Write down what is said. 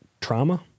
trauma